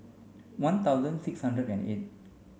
one thousand six hundred and eight